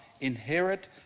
inherit